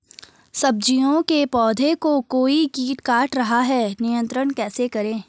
सब्जियों के पौधें को कोई कीट काट रहा है नियंत्रण कैसे करें?